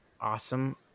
awesome